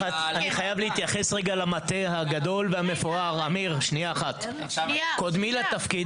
ההתעצמות של התחנות והיחס שמדברים עליו כשאני נכנסתי לתפקיד,